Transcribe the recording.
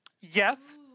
Yes